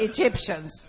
Egyptians